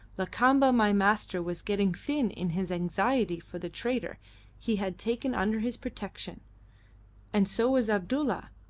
lakamba my master was getting thin in his anxiety for the trader he had taken under his protection and so was abdulla,